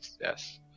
yes